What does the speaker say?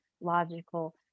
logical